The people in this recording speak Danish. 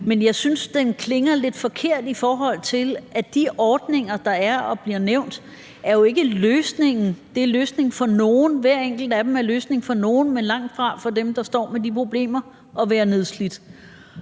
men jeg synes, den klinger lidt forkert, i forhold til at de ordninger, der er og bliver nævnt, jo ikke er løsningen; det er løsningen for nogle, hver enkelt af dem er løsningen for nogle, men langtfra for dem, der står med det problem at være nedslidt.